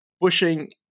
pushing